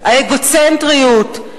האגוצנטריות,